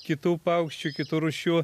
kitų paukščių kitų rūšių